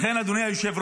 לכן, אדוני היושב-ראש,